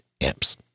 amps